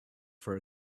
for